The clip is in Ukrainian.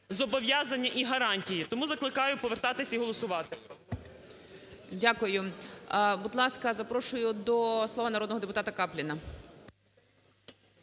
зобов'язання і гарантії. Тому закликаю повертатись і голосувати. ГОЛОВУЮЧИЙ. Дякую. Будь ласка, запрошую до слова народного депутата Капліна.